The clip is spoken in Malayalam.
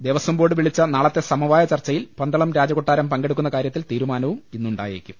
ദേവസ്വം ബോർഡ് വിളിച്ച നാളത്തെ സമവായ ചർച്ചയിൽ പന്തളം രാജകൊട്ടാരം പങ്കെടുക്കുന്ന കാര്യത്തിൽ തീരുമാനം ഇന്നുണ്ടായേക്കും